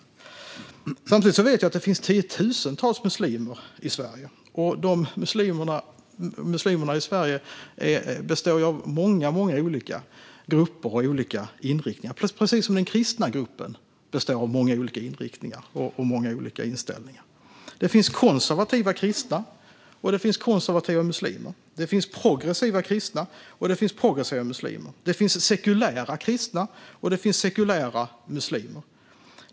Jag vet samtidigt att det finns tiotusentals muslimer i Sverige. Muslimerna i Sverige består av många olika grupper och inriktningar, precis som de kristna består av många olika inriktningar och inställningar. Det finns konservativa kristna, och det finns konservativa muslimer. Det finns progressiva kristna, och det finns progressiva muslimer. Det finns sekulära kristna, och det finns sekulära muslimer.